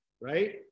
right